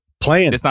playing